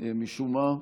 משום מה,